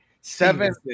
Seven